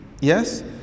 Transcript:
yes